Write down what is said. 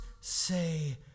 say